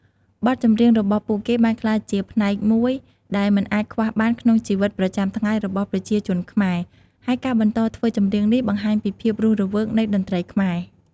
បទចម្រៀងរបស់ពួកគេបានក្លាយជាផ្នែកមួយដែលមិនអាចខ្វះបានក្នុងជីវិតប្រចាំថ្ងៃរបស់ប្រជាជនខ្មែរ ហើយការបន្តធ្វើចម្រៀងនេះបង្ហាញពីភាពរស់រវើកនៃតន្ត្រីខ្មែរ។